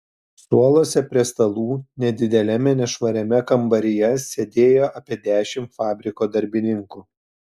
suoluose prie stalų nedideliame nešvariame kambaryje sėdėjo apie dešimt fabriko darbininkų